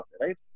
right